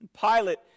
Pilate